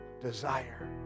desire